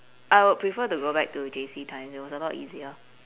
I would prefer to go back to J_C times it was a lot easier